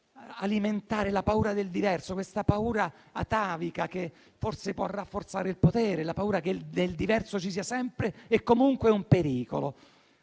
alimentare la paura del diverso, questa paura atavica che forse può rafforzare il potere; la paura che il diverso sia sempre e comunque un pericolo.